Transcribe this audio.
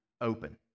open